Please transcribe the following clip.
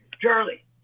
Charlie